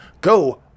go